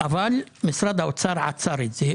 אבל משרד האוצר עצר את זה,